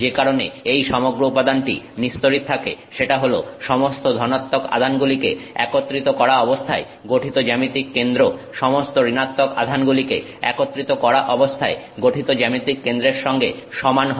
যে কারণে এই সমগ্র উপাদানটি নিস্তড়িত থাকে সেটা হলো সমস্ত ধনাত্মক আধানগুলিকে একত্রিত করা অবস্থায় গঠিত জ্যামিতিক কেন্দ্র সমস্ত ঋণাত্মক আধানগুলিকে একত্রিত করা অবস্থায় গঠিত জ্যামিতিক কেন্দ্রর সঙ্গে সমান হয়